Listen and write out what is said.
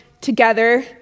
together